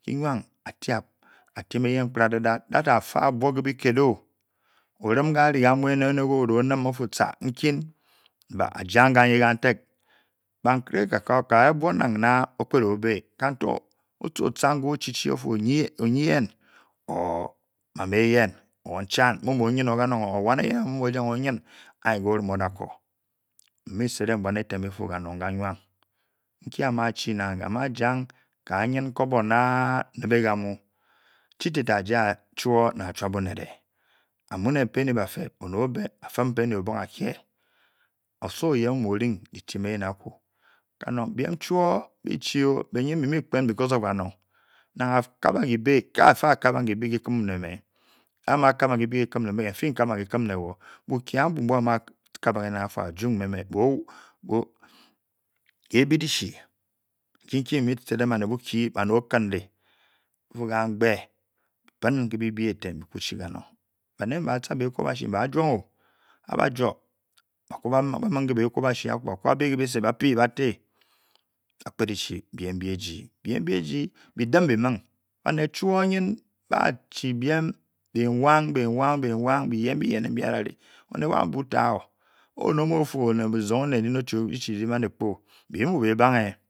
Ki nang a'tri dityme eyen gbra'da-olad dalda dalda te abuo ke biked-o orim uari-ka mu'ene eneke oda'ohim ofu ctona nkin ajang kanyi kantaq ha. buon nang'na okpet-o-bi kanto otuba ke. ochi-ochi ofu onyiyen. or mama eyen or n'chan or wan-eyen rou'm u-o onyn-o kanong. kanong anyi ke–orim o'na ko bi mu sedeng bouan eten bifu kanong ka' noung wu a ma'chi nang a majian kanyu kobo na-nipe ka'mu chite'te aja chuo na'a chup oned e amuniē penny bafe afum penny o'songe a'kie osowo oyen mu mu-o ing diidyun eyen aky. bien chuo bi chii-o benyn bi-mu-bi kpen because of kanong nang a'kabe kibe kikim ne me. me-ufu kabang kikim ne wo bukie abu-bu a ma kabang afu a jung me ke'bi di-chi nei-ke bi mu bii sedeng baned bukyi. baned oleundi bifu kangbe piaun ke bibe eten bii chi chanong bane'bacha ekwusash ube ba junog-o. kei ba jou. ba mu ekwabashi ba'bi bise ba'pee bc ti ba kpet e-chi biem nbi eji biem eji bi dim bi mung baned chuo'nyn ba'chi biem nyn bewang bewang beyen-beyene nbi adare oned wa mbu tawo oned omu ofu diʒung oned ndim di n-an ekpu be' mu be bange